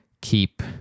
keep